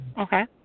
Okay